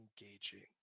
engaging